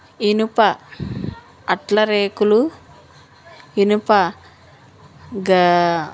ఇనుప అట్లరేకులు ఇనుప గా